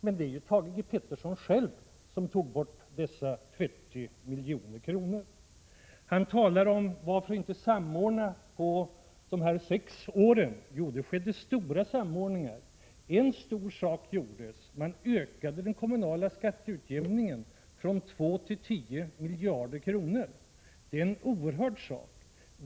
Men det var ju Thage G. Peterson som tog bort dessa 30 milj.kr. Varför gjordes det ingen samordning under de sex borgerliga regeringsåren? frågade Thage G. Peterson. Jo, det skedde stora samordningar. En stor sak var att man ökade den kommunala skatteutjämningen från två till tio miljarder kronor. Det är en oerhörd sak.